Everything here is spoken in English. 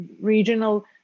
regional